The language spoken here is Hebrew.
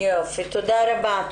תודה רבה.